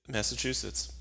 Massachusetts